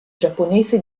giapponese